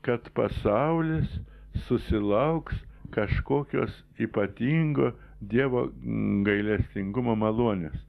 kad pasaulis susilauks kažkokios ypatingo dievo gailestingumo malonės